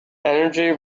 energy